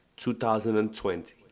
2020